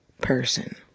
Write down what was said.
person